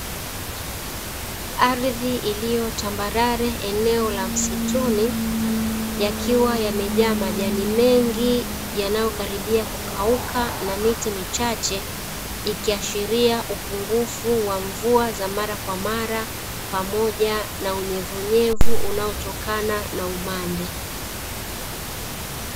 Ardhi iliyo tambarare eneo la msituni, yakiwa yamejaa majani mengi yanayokaribia kukauka na miti michache, ikiashiria upungufu wa mvua za mara kwa mara, pamoja na unyevunyevu unaotokana na umande.